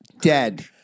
dead